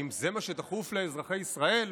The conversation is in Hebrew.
האם זה מה שדחוף לאזרחי ישראל?